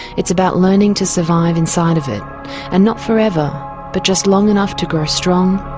it's about learning to survive inside of it and not forever but just long enough to grow strong,